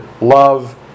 love